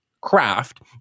craft